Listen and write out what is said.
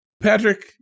Patrick